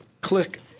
click